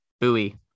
buoy